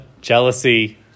jealousy